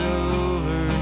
over